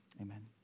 Amen